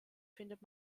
findet